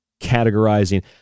categorizing